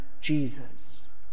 Jesus